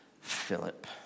Philip